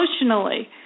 emotionally